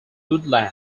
woodland